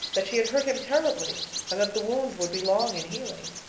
that she had hurt him terribly and that the wound would be long in healing.